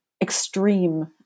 extreme